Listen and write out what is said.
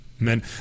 Men